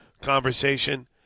conversation